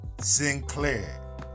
Sinclair